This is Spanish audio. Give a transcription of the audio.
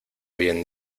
bien